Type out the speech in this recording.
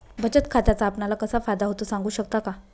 बचत खात्याचा आपणाला कसा फायदा होतो? सांगू शकता का?